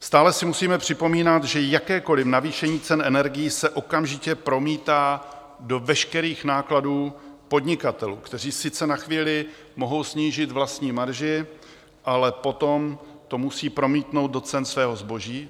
Stále si musíme připomínat, že jakékoliv navýšení cen energií se okamžitě promítá do veškerých nákladů podnikatelů, kteří sice na chvíli mohou snížit vlastní marži, ale potom to musí promítnout do cen svého zboží.